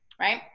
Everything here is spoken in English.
Right